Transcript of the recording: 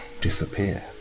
disappear